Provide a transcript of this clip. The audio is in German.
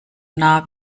nah